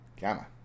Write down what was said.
Gamma